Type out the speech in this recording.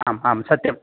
आम् आम् सत्यं